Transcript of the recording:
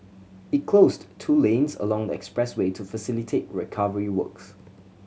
it closed two lanes along the expressway to facilitate recovery works